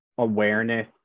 awareness